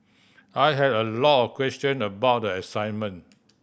I had a lot of questions about the assignment